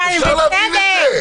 אפשר להבין את זה.